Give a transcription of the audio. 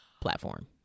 platform